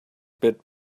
bit